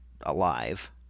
alive